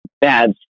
bad